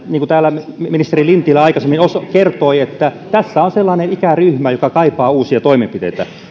kuin täällä ministeri lintilä aikaisemmin kertoi tässä on sellainen ikäryhmä joka kaipaa uusia toimenpiteitä